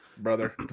Brother